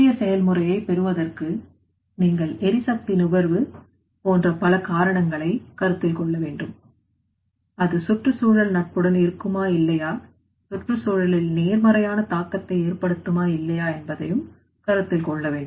புதிய செயல்முறையை பெறுவதற்கு நீங்கள் எரிசக்தி நுகர்வு போன்ற பல காரணங்களை கருத்தில் கொள்ள வேண்டும் அது சுற்றுச் சூழல் நட்புடன் இருக்குமா இல்லையா சுற்றுச்சூழலில் நேர்மறையான தாக்கத்தை ஏற்படுத்துமா இல்லையா என்பதையும் கருத்தில் கொள்ள வேண்டும்